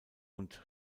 und